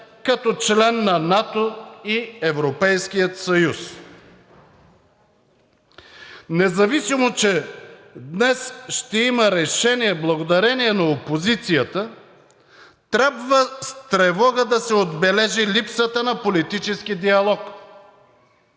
като член на НАТО и Европейския съюз. Независимо че днес ще има решение благодарение на опозицията, трябва с тревога да се отбележи липсата на политически диалог.